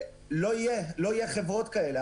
לא יהיו חברות כאלה.